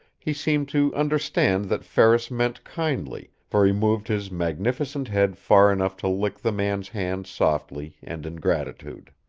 he seemed to understand that ferris meant kindly, for he moved his magnificent head far enough to lick the man's hand softly and in gratitude.